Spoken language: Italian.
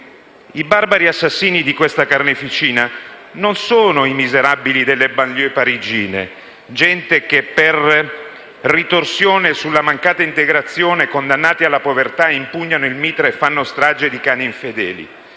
I barbari assassini di questa carneficina non sono i miserabili delle *banlieue* parigine, gente che per ritorsione sulla mancata integrazione, condannata alla povertà, impugna il mitra e fa strage di cani infedeli.